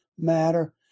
matter